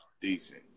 decent